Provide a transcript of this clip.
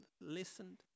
listened